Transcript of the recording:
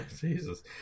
Jesus